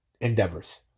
endeavors